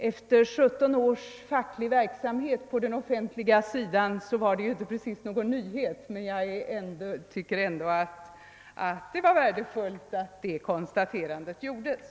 Efter 17 års verksamhet på det offentliga området var det inte precis någon nyhet för mig, men det var ändå värdefullt för mig att detta konstaterande gjordes.